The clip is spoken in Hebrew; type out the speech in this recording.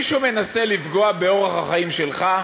מישהו מנסה לפגוע באורח החיים שלך?